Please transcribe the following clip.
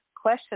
question